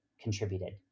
contributed